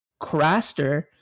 Craster